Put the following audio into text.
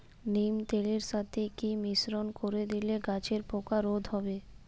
নিম তেলের সাথে কি মিশ্রণ করে দিলে গাছের পোকা রোধ হবে?